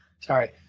sorry